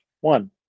one